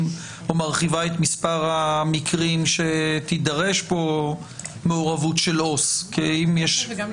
או מרחיבה את מספר המקרים שתידרש כאן מעורבות של עובד סוציאלי.